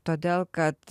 todėl kad